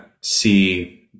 see